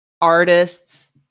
artists